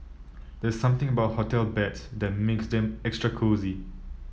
there's something about hotel beds that makes them extra cosy